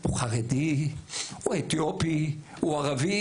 הוא חרדי, הוא אתיופי, הוא ערבי